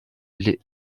les